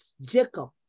Jacob